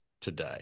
today